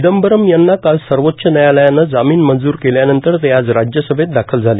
चिदंबरम यांना काल सर्वोच्च न्यायालयानं जामीन मंजूर केल्यानंतर ते आज राज्यसभेत दाखल झाले